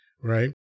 Right